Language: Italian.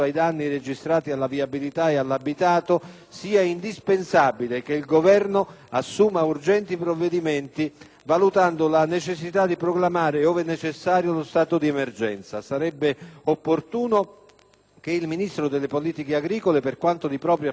valutando la necessità di proclamare - ove necessario - lo stato di emergenza. Sarebbe opportuno che il Ministero delle politiche agricole, per quanto di propria più diretta competenza, promuova accertamenti ai quali conseguano adeguati e risolutivi provvedimenti.